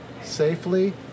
safely